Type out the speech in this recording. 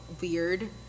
weird